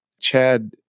Chad